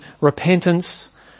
repentance